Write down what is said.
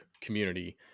community